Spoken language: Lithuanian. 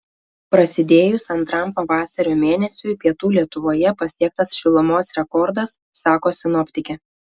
prasidėjus antram pavasario mėnesiui pietų lietuvoje pasiektas šilumos rekordas sako sinoptikė